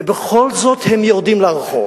ובכל זאת הם יורדים לרחוב.